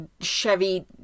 Chevy